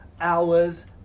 hours